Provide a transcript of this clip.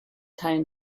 teilen